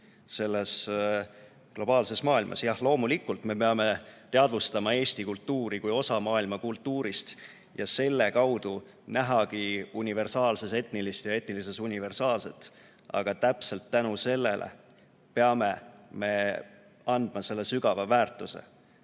selles globaliseeruvas maailmas. Jah, loomulikult me peame teadvustama eesti kultuuri kui osa maailmakultuurist ja selle kaudu nägema universaalses etnilist ja etnilises universaalset, aga just tänu sellele peame andma oma rahvuskultuurile sügava väärtuse.